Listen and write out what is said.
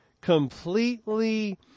completely